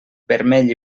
vermell